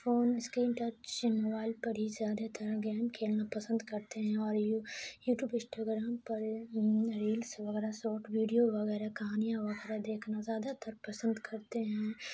phone screen touch mobile پر ہی زیادہ تر گیم کھیلنا پسند کرتے ہیں اور یو یوٹوب اسٹاگرام پر ریلس وغیرہ شارٹ ویڈیو وغیرہ کہانیاں وغیرہ دیکھنا زیادہ تر پسند کرتے ہیں